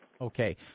Okay